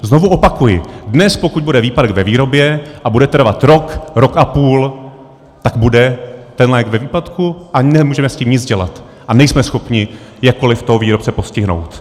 Znovu opakuji, dnes, pokud bude výpadek ve výrobě a bude trvat rok, rok a půl, tak bude ten lék ve výpadku a nemůžeme s tím nic dělat a nejsme schopni jakkoliv toho výrobce postihnout.